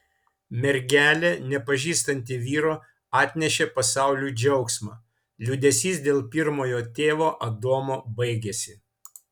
mergelė nepažįstanti vyro atnešė pasauliui džiaugsmą liūdesys dėl pirmojo tėvo adomo baigėsi